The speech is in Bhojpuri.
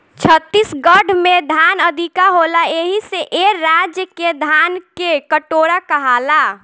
छत्तीसगढ़ में धान अधिका होला एही से ए राज्य के धान के कटोरा कहाला